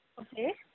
Okay